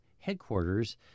headquarters